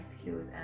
skills